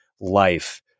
life